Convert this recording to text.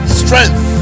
strength